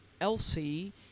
Elsie